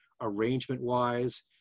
arrangement-wise